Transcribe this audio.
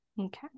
okay